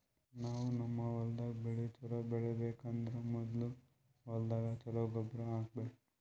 ನಾವ್ ನಮ್ ಹೊಲ್ದಾಗ್ ಬೆಳಿ ಛಲೋ ಬೆಳಿಬೇಕ್ ಅಂದ್ರ ಮೊದ್ಲ ಹೊಲ್ದಾಗ ಛಲೋ ಗೊಬ್ಬರ್ ಹಾಕ್ಬೇಕ್